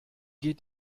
geht